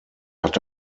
hat